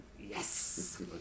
Yes